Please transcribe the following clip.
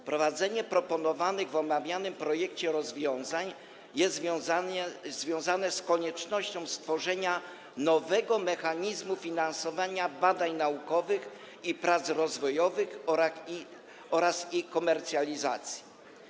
Wprowadzenie proponowanych w omawianym projekcie rozwiązań jest związane z koniecznością stworzenia nowego mechanizmu finansowania badań naukowych i prac rozwojowych oraz ich komercjalizacji.